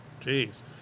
Jeez